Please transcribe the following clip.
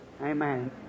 Amen